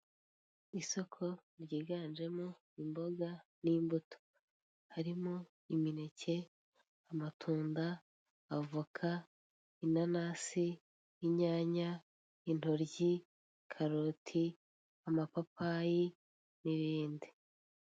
Isoko ryiganjemo imboga n'imbuto. Harimo imineke, amatunda, avoka, inanasi, inyanya, intoryi, karoti, amapapayi n'ibindi.